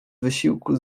wysiłku